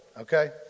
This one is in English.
okay